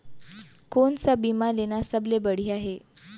कोन स बीमा लेना सबले बढ़िया हे?